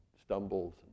stumbles